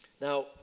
Now